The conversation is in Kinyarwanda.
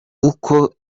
uko